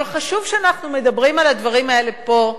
אבל חשוב שכשאנחנו מדברים על הדברים האלה פה,